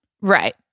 Right